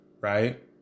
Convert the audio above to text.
Right